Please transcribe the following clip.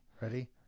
Ready